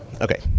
Okay